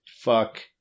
Fuck